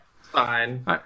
Fine